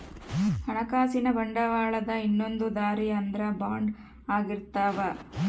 ಹಣಕಾಸಿನ ಬಂಡವಾಳದ ಇನ್ನೊಂದ್ ದಾರಿ ಅಂದ್ರ ಬಾಂಡ್ ಆಗಿರ್ತವ